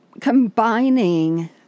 combining